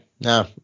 No